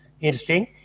interesting